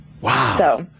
Wow